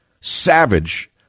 SAVAGE